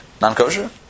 Non-kosher